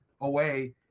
away